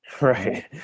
Right